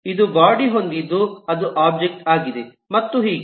ಇದು ಬಾಡಿ ಹೊಂದಿದ್ದು ಅದು ಒಬ್ಜೆಕ್ಟ್ ಆಗಿದೆ ಮತ್ತು ಹೀಗೆ